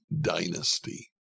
dynasty